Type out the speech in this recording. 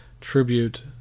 tribute